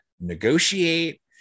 negotiate